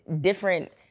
different